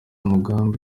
umugambi